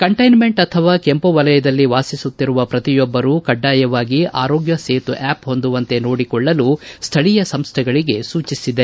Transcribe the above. ಕಂಟೈನ್ಂಟ್ ಅಥವಾ ಕೆಂಪು ವಲಯದಲ್ಲಿ ವಾಸಿಸುತ್ತಿರುವ ಪ್ರತಿಯೊಬ್ಬರೂ ಕಡ್ಡಾಯವಾಗಿ ಆರೋಗ್ಯ ಸೇತು ಆ್ಲಪ್ ಹೊಂದುವಂತೆ ನೋಡಿಕೊಳ್ಳಲು ಸ್ವೀಯ ಸಂಸ್ವೆಗಳಿಗೆ ಸೂಚಿಸಿದೆ